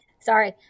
Sorry